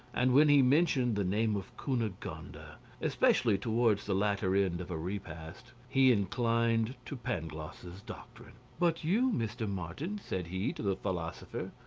and when he mentioned the name of cunegonde, and especially towards the latter end of a repast, he inclined to pangloss's doctrine. but you, mr. martin, said he to the philosopher,